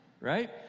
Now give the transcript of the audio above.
Right